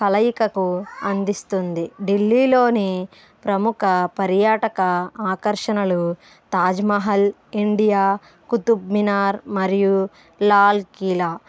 కలయికకు అందిస్తుంది ఢిల్లీలోని ప్రముఖ పర్యాటక ఆకర్షణలు తాజ్మహల్ ఇండియా ఖుతుబ్మీనార్ మరియు లాల్ఖీలా